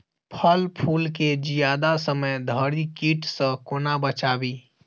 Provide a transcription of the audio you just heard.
फल फुल केँ जियादा समय धरि कीट सऽ कोना बचाबी?